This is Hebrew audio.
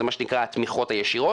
זה מה שנקרא התמיכות הישירות,